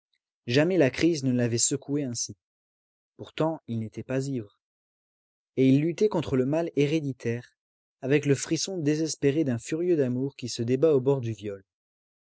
jamais la crise ne l'avait secoué ainsi pourtant il n'était pas ivre et il luttait contre le mal héréditaire avec le frisson désespéré d'un furieux d'amour qui se débat au bord du viol